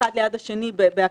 האחד ליד השני באקראי.